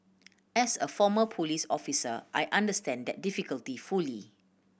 as a former police officer I understand that difficulty fully